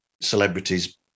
celebrities